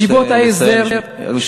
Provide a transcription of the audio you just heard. ישיבות ההסדר, אני מבקש לסיים.